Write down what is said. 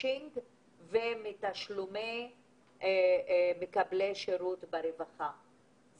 ממקבלי השירות בחברה הערבית ינשרו מכל